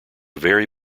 very